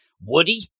Woody